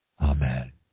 Amen